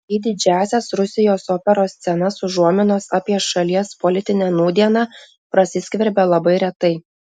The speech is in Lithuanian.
į didžiąsias rusijos operos scenas užuominos apie šalies politinę nūdieną prasiskverbia labai retai